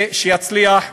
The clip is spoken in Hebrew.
ושיצליח.